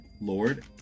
Lord